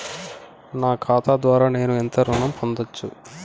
నా ఖాతా ద్వారా నేను ఎంత ఋణం పొందచ్చు?